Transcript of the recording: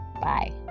Bye